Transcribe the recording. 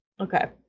okay